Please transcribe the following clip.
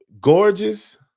gorgeous